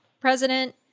President